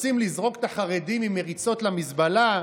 רוצים לזרוק את החרדים ממריצות למזבלה,